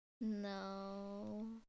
No